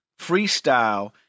Freestyle